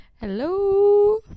Hello